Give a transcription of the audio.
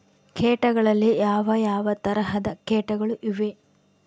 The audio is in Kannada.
ಕೇಟಗಳಲ್ಲಿ ಯಾವ ಯಾವ ತರಹದ ಕೇಟಗಳು ಇವೆ?